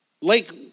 Lake